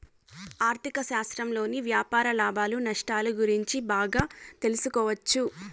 ఆర్ధిక శాస్త్రంలోని వ్యాపార లాభాలు నష్టాలు గురించి బాగా తెలుసుకోవచ్చు